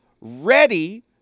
ready